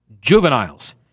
juveniles